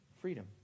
freedom